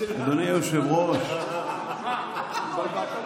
אדוני היושב-ראש ------ עזבו את